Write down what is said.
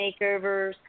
makeovers